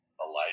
Elijah